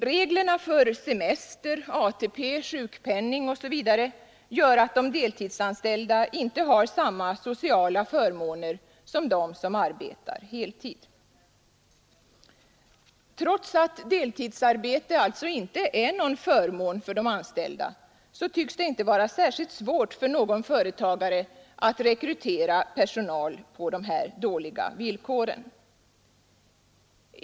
Reglerna för semester, ATP, sjukpenning osv. gör att de deltidsanställda inte har samma sociala förmåner som de som arbetar heltid. Trots att deltidsarbete alltså inte är någon förmån för de anställda, tycks det inte vara särskilt svårt för någon företagare att rekrytera personal på dessa dåliga villkor.